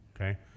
okay